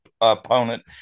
opponent